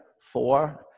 four